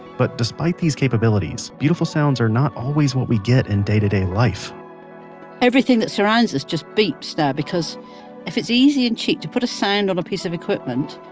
but despite the capabilities, beautiful sounds are not always what we get in day to day life everything that surrounds us just beeps now, because if it's easy and cheap to put a sound on a piece of equipment,